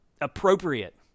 appropriate